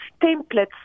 templates